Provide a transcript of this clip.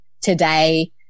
today